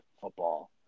football